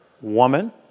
Woman